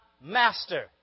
master